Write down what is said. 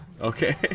Okay